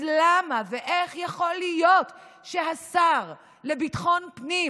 אז למה ואיך יכול להיות שהשר לביטחון פנים,